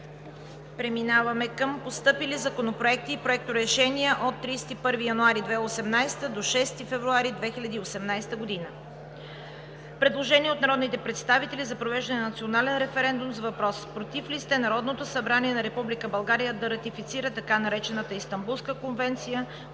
Преминаваме към постъпили законопроекти и проекторешения от 31 януари 2018 г. до 6 февруари 2018 г.: Предложение от народни представители за произвеждане на национален референдум с въпрос: „Против ли сте Народното събрание на Република България да ратифицира така наречената Истанбулска конвенция